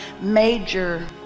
major